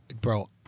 bro